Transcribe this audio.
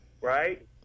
right